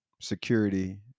security